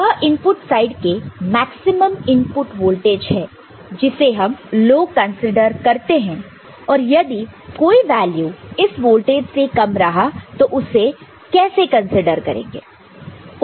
वह input side के maximum input voltage है जिसे हम लो कंसीडर करते हैं और यदि कोई वैल्यू इस वोल्टेज से कम रहा तो उसे हम कैसे कंसीडर करेंगे